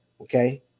okay